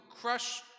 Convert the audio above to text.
crush